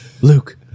Luke